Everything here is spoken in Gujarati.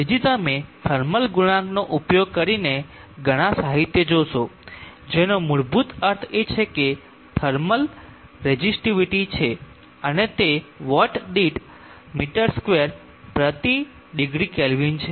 તેથી તમે થર્મલ ગુણાંકનો ઉપયોગ કરીને ઘણાં સાહિત્ય જોશો જેનો મૂળભૂત અર્થ એ છે કે તે થર્મલ રેઝિસ્ટિવિટી છે અને તે વોટ પ્રતિ મીટર સ્ક્વેર પ્રતિ ડીગ્રી કેલ્વિન છે